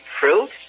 Fruit